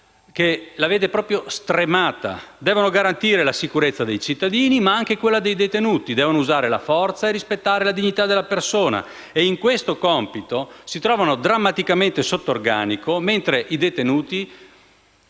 delicato, è proprio stremata. Devono garantire la sicurezza dei cittadini, ma anche dei detenuti; devono usare la forza e rispettare la dignità della persona e, in questo compito, si trovano drammaticamente sotto organico, mentre i detenuti